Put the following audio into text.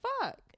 fuck